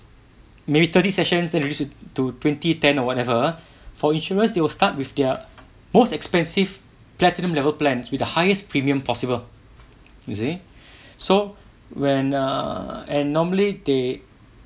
maybe thirty sessions then reduce to twenty ten or whatever for insurance they will start with their most expensive platinum level plans with the highest premium possible you see so when err and normally they